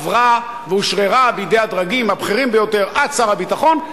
עברה ואושררה בידי הדרגים הבכירים ביותר עד שר הביטחון,